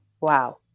wow